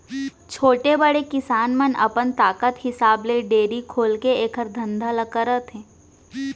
छोटे, बड़े किसान मन अपन ताकत हिसाब ले डेयरी खोलके एकर धंधा ल करत हें